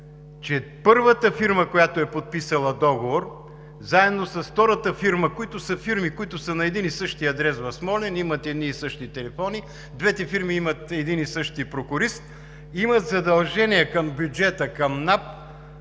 че първата фирма, която е подписала договор, заедно с втората фирма, които са фирми на един и същи адрес в Смолян, имат едни и същи телефони, двете фирми имат един и същ прокурист, имат задължения към бюджета, към НАП